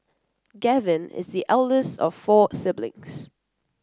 Gavin is the eldest of four siblings